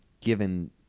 Given